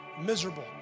miserable